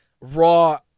Raw